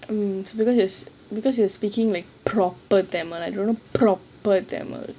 mm because just because you are speaking proper tamil I don't know proper tamil